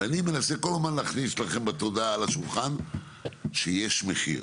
ואני כל הזמן מנסה להכניס לכם בתודעה על השולחן שיש מחיר.